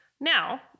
Now